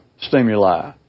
stimuli